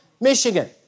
Michigan